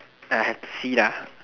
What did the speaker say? I have three lah